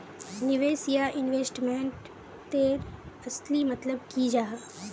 निवेश या इन्वेस्टमेंट तेर असली मतलब की जाहा?